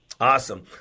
Awesome